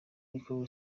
miley